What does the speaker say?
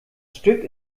stück